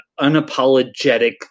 unapologetic